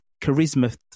charisma